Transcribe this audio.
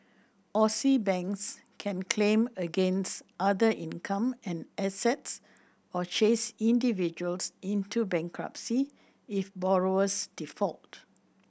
Aussie banks can claim against other income and assets or chase individuals into bankruptcy if borrowers default